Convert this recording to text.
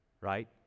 right